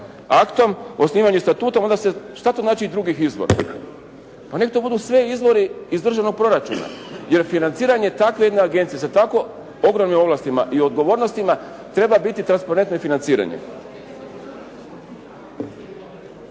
aktom, osnivanje Statutom šta to znači i drugih … /Govornik se ne razumije./ … Pa nek to budu sve izvori iz državnog proračuna jer financiranje takve jedne agencije sa tako ogromnim ovlastima i odgovornostima treba biti transparentno i financiranje.